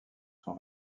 son